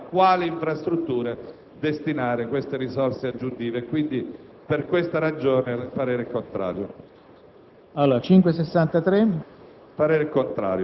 ove l'emendamento fosse accolto, di determinare una finalizzazione ben precisa delle risorse aggiuntive per le infrastrutture.